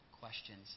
questions